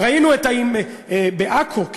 ראינו בעכו: